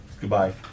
Goodbye